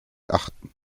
achten